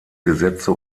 gesetze